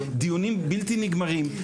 דיונים בלתי נגמרים,